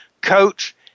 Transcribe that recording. coach